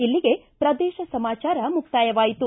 ಇಲ್ಲಿಗೆ ಪ್ರದೇಶ ಸಮಾಚಾರ ಮುಕ್ತಾಯವಾಯಿತು